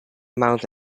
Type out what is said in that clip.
mount